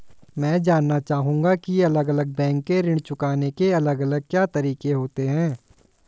मैं जानना चाहूंगा की अलग अलग बैंक के ऋण चुकाने के अलग अलग क्या तरीके होते हैं?